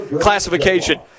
classification